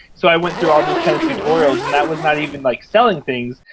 so i went through all those kind of tutorials and that was not even, like, selling things.